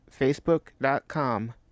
facebook.com